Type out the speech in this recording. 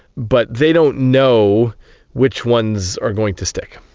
but they don't know which ones are going to stick.